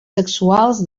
sexuals